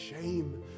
shame